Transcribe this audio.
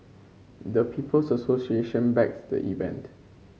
the People's Association backed the event